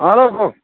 hello কওঁক